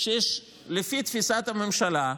שלפי תפיסת הממשלה,